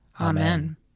Amen